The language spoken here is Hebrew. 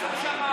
זה מה שאמרתי.